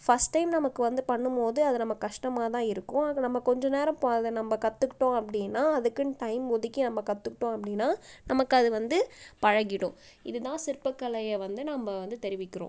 first time நமக்கு வந்து பண்ணும்போது அது நமக்கு கஷ்டமாக தான் இருக்கும் அது நம்ம கொஞ்சம் நேரம் போ அதை நம்ம கத்துக்கிட்டோம் அப்படின்னா அதுக்குன்னு டைம் ஒதுக்கி நம்ம கத்துக்கிட்டோம் அப்படின்னா நமக்கு அது வந்து பழகிடும் இதுதான் சிற்பக்கலையை வந்து நம்ம வந்து தெரிவிக்கிறோம்